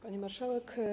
Pani Marszałek!